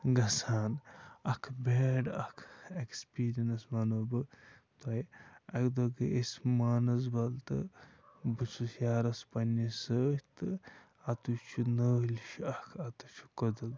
گَژھان اَکھ بیڈ اَکھ اٮ۪کٕسپیرینٕس وَنو بہٕ توہہِ اَکہِ دۄہ گٔے أسۍ مانسبل تہٕ بہٕ چھُس یارَس پنٛنس سۭتۍ تہٕ اَتُے چھِ نٲل ہِش اَکھ اَتِس چھُ کٔدٕل